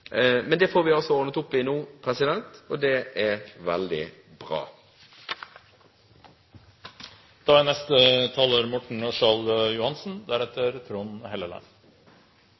Men det får vi altså ordnet opp i nå, og det er veldig bra! Undertegnede var her da